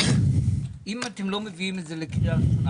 אם אתם לא מביאים את זה לקריאה הראשונה,